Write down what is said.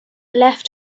left